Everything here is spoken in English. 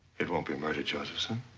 it won't be murder, josephson.